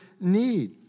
need